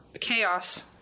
chaos